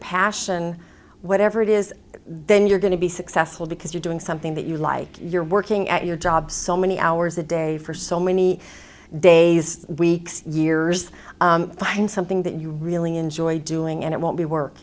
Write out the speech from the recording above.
passion whatever it is then you're going to be successful because you're doing something that you like you're working at your job so many hours a day for so many days weeks years find something that you really enjoy doing and it won't be work